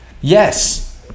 Yes